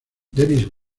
dennis